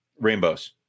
rainbows